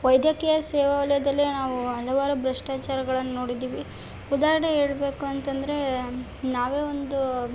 ವೈದ್ಯಕೀಯ ಸೇವಾ ವಲಯದಲ್ಲಿ ನಾವು ಹಲವಾರು ಭ್ರಷ್ಟಾಚಾರಗಳನ್ನು ನೋಡಿದ್ದೀವಿ ಉದಾಹರಣೆ ಹೇಳ್ಬೇಕು ಅಂತಂದರೆ ನಾವೆ ಒಂದು